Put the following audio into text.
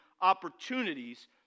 opportunities